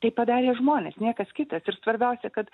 tai padarė žmonės niekas kitas ir svarbiausia kad